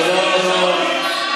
תודה רבה.